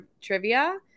trivia